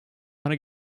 wanna